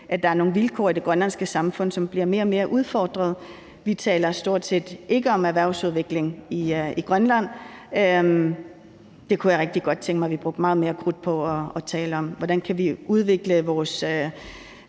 at der er nogle vilkår i det grønlandske samfund, som bliver mere og mere udfordret. Vi taler stort set ikke om erhvervsudvikling i Grønland. Jeg kunne rigtig godt tænke mig, at vi brugte meget mere krudt på at tale om, hvordan vi kan udvikle vores